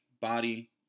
body